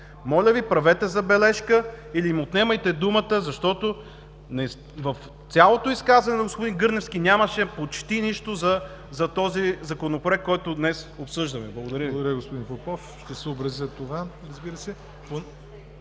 Моля Ви, правете забележка или им отнемайте думата, защото в цялото изказване на господин Гърневски нямаше почти нищо за този Законопроект, който днес обсъждаме. Благодаря Ви.